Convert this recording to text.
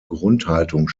grundhaltung